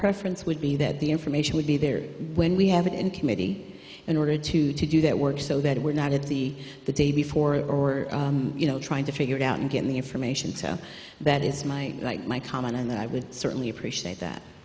preference would be that the information would be there when we have it in committee in order to do that work so that we're not at the the day before or you know trying to figure it out and get the information so that is my like my comment on that i would certainly appreciate that